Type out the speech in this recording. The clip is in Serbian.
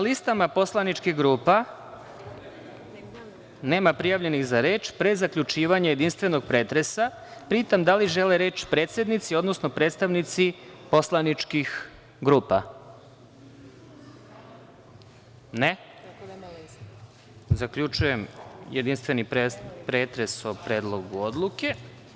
listama poslaničkih grupa nema prijavljenih za reč, pre zaključivanja jedinstvenog pretresa pitam da li žele reč predsednici, odnosno predstavnici poslaničkih grupa? (Ne) Zaključujem jedinstveni pretres o Predlogu odluke.